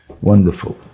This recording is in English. Wonderful